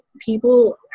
people